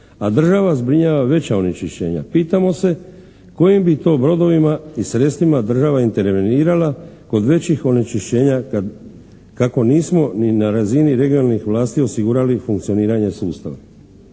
a država zbrinjava veća onečišćenja. Pitamo se kojim bi to brodovima i sredstvima država intervenirala kod većih onečišćenja kako nismo ni na razini regionalnih vlasti osigurali funkcioniranje sustava.